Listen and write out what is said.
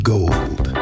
Gold